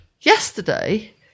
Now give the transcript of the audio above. Yesterday